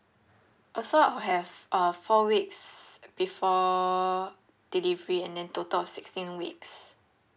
oh so I'll have uh four weeks before delivery and then total of sixteen weeks